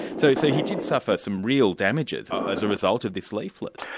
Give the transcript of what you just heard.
so so he did suffer some real damages as a result of this leaflet.